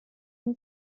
اون